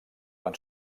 van